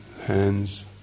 hands